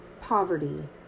poverty